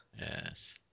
Yes